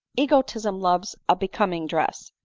egotism loves a becom ing dress,